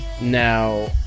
Now